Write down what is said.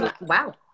Wow